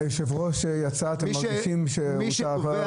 היושב ראש יצא, אתם מרגישים שהותר החבל?